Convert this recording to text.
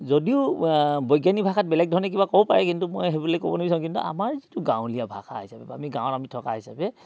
যদিও বৈজ্ঞানিক ভাষাত বেলেগ ধৰণে কিবা ক'ব পাৰে কিন্তু মই সেইবুলি ক'ব নিবিচাৰোঁ কিন্তু আমাৰ যিটো গাঁৱলীয়া ভাষা হিচাপে আমি গাঁৱৰ আমি থকা হিচাপে